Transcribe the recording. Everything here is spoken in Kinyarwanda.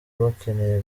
bakeneye